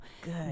Good